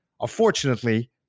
Unfortunately